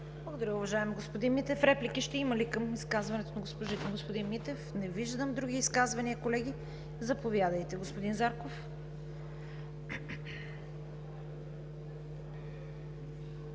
Благодаря, уважаеми господин Митев. Реплики ще има ли към изказването на господин Митев? Не виждам. Други изказвания, колеги? Заповядайте, господин Зарков.